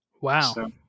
Wow